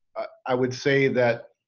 i would say that